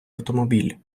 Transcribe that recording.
автомобіль